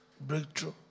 breakthrough